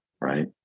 right